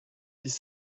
six